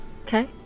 Okay